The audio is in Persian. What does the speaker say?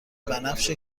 بنفش